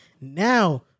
Now